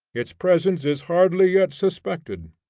its presence is hardly yet suspected.